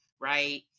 right